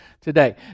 today